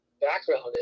background